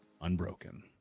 unbroken